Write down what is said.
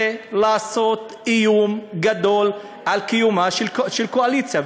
ורוצה לעשות איום גדול על קיומה של הקואליציה,